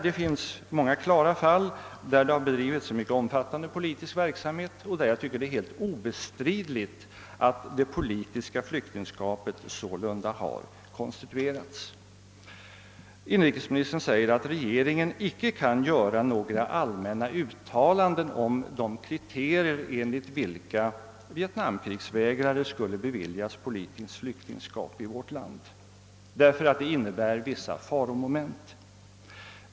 Det finns många fall i detta sammanhang där en mycket omfattande politisk verksamhet har bedrivits och där jag tycker det är helt obestridligt att det politiska flyktingskapet har konstituerats. Inrikesministern säger att regeringen inte kan göra några allmänna uttalanden om de kriterier enligt vilka krigsvägrare från Vietnam skulle beviljas politiskt flyktingskap i vårt land, därför att detta skulle innebära vissa faromoment.